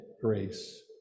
grace